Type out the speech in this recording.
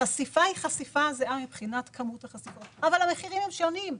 החשיפה היא זהה אבל המחירים שונים.